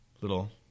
little